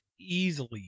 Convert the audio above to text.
easily